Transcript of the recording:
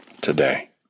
today